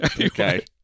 Okay